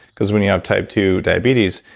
because when you have type two diabetes,